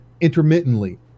intermittently